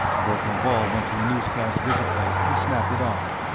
verkan vall went to the newscast visiplate and snapped it on.